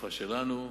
התקופה שלנו,